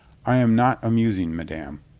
i am not amusing, madame.